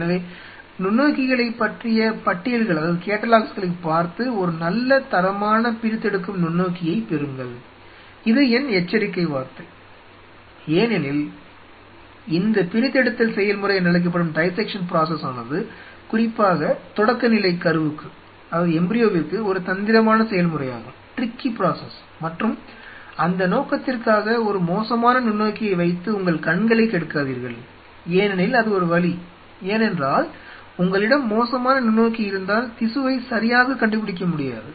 எனவே நுண்ணோக்கிகளைப் பற்றிய பட்டியல்களைப் பார்த்து ஒரு நல்ல தரமான பிரித்தெடுக்கும் நுண்ணோக்கியைப் பெறுங்கள் இது என் எச்சரிக்கை வார்த்தை ஏனெனில் இந்த பிரித்தெடுத்தல் செயல்முறையானது குறிப்பாக தொடக்கநிலை கருவுக்கு ஒரு தந்திரமான செயல்முறையாகும் மற்றும் அந்த நோக்கத்திற்காக ஒரு மோசமான நுண்ணோக்கியை வைத்து உங்கள் கண்களை கெடுக்காதீர்கள் ஏனெனில் அது ஒரு வலி ஏனென்றால் உங்களிடம் மோசமான நுண்ணோக்கி இருந்தால் திசுவை சரியாகக் கண்டுபிடிக்க முடியாது